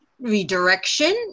redirection